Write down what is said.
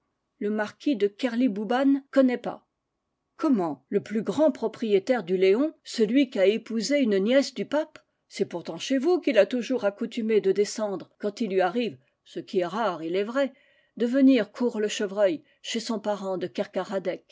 le marquis de kerlibouban connais pas comment le plus grand propriétaire du léon celui qui a épousé une nièce du pape c'est pourtant chez vous qu'il a toujours accoutumé de descendre quand il lui arrive ce qui est rare il est vrai de venir courre le chevreuil chez son parent de